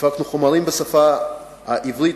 הפקנו חומרים בשפה העברית,